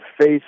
face